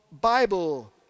Bible